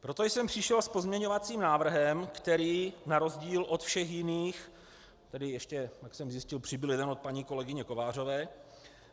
Proto jsem přišel s pozměňovacím návrhem, který na rozdíl od všech jiných tedy ještě, jak jsem zjistil, přibyl jeden od paní kolegyně Kovářové